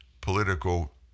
political